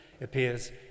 appears